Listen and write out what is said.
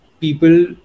people